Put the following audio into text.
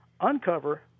uncover